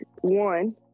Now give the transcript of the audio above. One